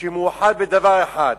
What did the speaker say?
שהוא מאוחד בדבר אחד,